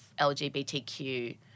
LGBTQ